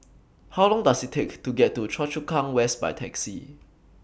How Long Does IT Take to get to Choa Chu Kang West By Taxi